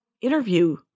interview